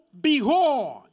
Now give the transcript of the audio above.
behold